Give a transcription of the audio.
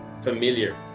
familiar